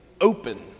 open